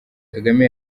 kagame